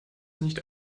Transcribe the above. nicht